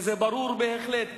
וזה ברור בהחלט,